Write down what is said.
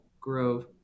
Grove